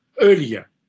earlier